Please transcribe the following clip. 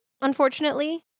unfortunately